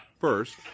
first